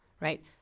right